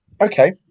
Okay